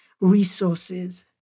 resources